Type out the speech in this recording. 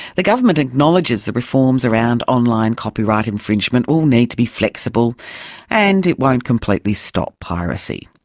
the government acknowledges that reforms around online copyright infringement will need to be flexible and it won't completely stop piracy.